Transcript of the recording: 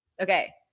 Okay